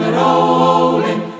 rolling